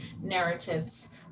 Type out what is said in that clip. narratives